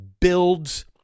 builds